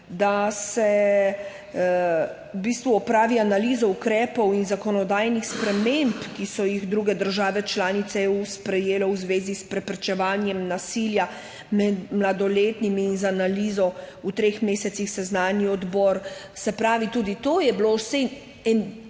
da se opravi analizo ukrepov in zakonodajnih sprememb, ki so jih druge države članice EU sprejele v zvezi s preprečevanjem nasilja med mladoletnimi, in se z analizo v treh mesecih seznani odbor. Se pravi, tudi to je bilo. Dve